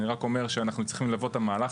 אני רק אומר שאנחנו צריכים ללוות את המהלך